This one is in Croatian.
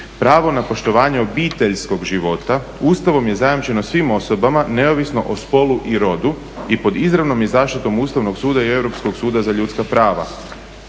pravo na poštovanje obiteljskog života, Ustavom je zajamčeno svim osobama neovisno o spolu i rodu i pod izravnom je zaštitom Ustavnog suda i Europskog suda za ljudska prava.